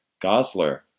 Gosler